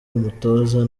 umutoza